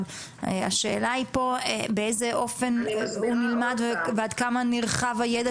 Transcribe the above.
השאלה פה באיזה אופן ועד כמה נרחב הידע